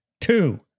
Two